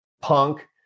Punk